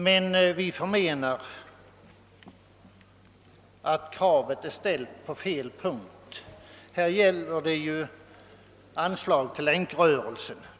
Men vi förmenar att kravet är ställt på fel punkt. Här gäller det ju anslag till Länkrörelsen.